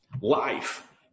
Life